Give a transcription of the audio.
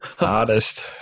artist